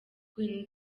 queen